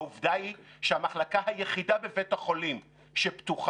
העובדה היא שהמחלקה היחידה בבית החולים שפתוחה